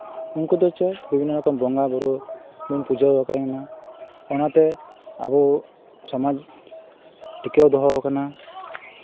ᱩᱱᱠᱩ ᱫᱚ ᱪᱮᱫ ᱵᱤᱵᱷᱤᱱᱱᱚ ᱨᱚᱠᱚᱢ ᱵᱚᱸᱜᱟᱼᱵᱩᱨᱩ ᱵᱚᱱ ᱯᱩᱡᱟᱹ ᱟᱹᱠᱤᱱᱟ ᱚᱱᱟᱛᱮ ᱟᱵᱚ ᱥᱚᱢᱟᱡᱽ ᱴᱤᱠᱟᱹᱣ ᱫᱚᱦᱚ ᱟᱠᱟᱱᱟ